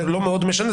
זה לא מאוד משנה,